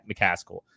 McCaskill